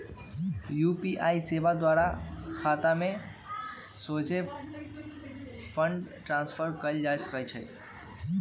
UPI सेवा द्वारा खतामें सोझे फंड ट्रांसफर कएल जा सकइ छै